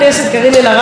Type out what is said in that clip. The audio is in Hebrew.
חברתי,